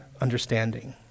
understanding